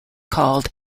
called